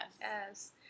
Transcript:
Yes